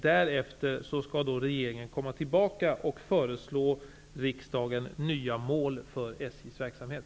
Därefter skall regeringen komma tillbaka till riksdagen och föreslå nya mål för SJ:s verksamhet.